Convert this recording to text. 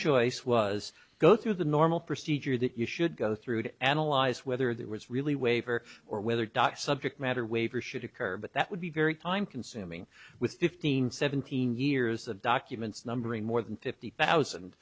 choice was to go through the normal procedure that you should go through to analyze whether that was really waiver or whether doc subject matter waiver should occur but that would be very time consuming with fifteen seventeen years of documents numbering more than fifty thousand